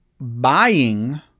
buying